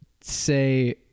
say